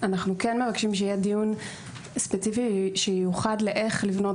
אנחנו כן מבקשים שיהיה דיון ספציפי שייוחד לאיך לבנות